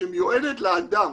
שמיועדת לאדם,